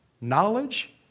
knowledge